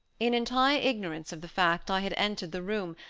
in entire ignorance of the fact i had entered the room,